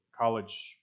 college